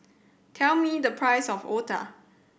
tell me the price of otah